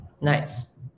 Nice